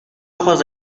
ojos